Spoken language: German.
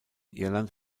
irland